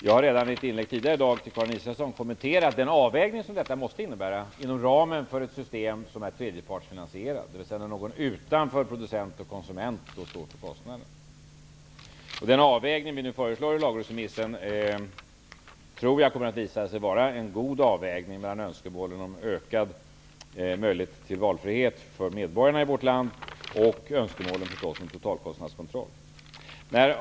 Jag har redan tidigare i dag, i en debatt med Karin Israelsson, kommenterat den avvägning som måste göras inom ramen för ett system som är tredjepartsfinansierat, dvs. att någon som inte är producent eller konsument står för kostnaderna. Jag tror att den avvägning som vi föreslår i lagrådsremissen kommer att visa sig vara god. Det är en avvägning mellan önskemålen om ökad möjlighet till valfrihet för medborgarna i vårt land och, förstås, önskemålen om totalkostnadskontroll.